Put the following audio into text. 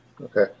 okay